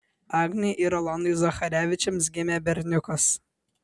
agnei ir rolandui zacharevičiams gimė berniukas